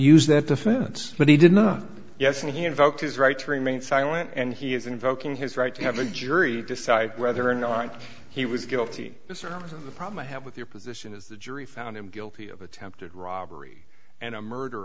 used that defense but he did not yes and he invoked his right to remain silent and he is invoking his right to have a jury decide whether or not he was guilty of the problem i have with your position is the jury found him guilty of attempted robbery and a murder